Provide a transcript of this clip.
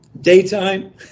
Daytime